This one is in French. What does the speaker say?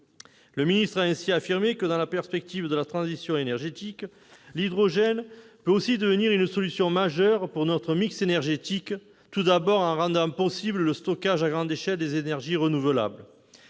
Le ministre a ainsi affirmé, que dans la perspective de la transition énergétique, « l'hydrogène peut aussi devenir une solution majeure pour notre énergétique tout d'abord en rendant possible le stockage à grande échelle des énergies renouvelables,